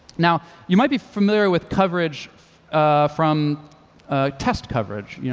now, you might be familiar with coverage from test coverage. yeah